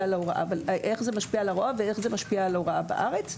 על ההוראה ואיך זה משפיע על ההוראה בארץ.